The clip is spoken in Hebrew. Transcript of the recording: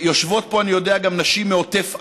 יושבות פה, אני יודע, גם נשים מעוטף עזה,